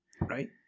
Right